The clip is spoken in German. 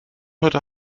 heute